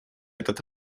этот